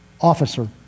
officer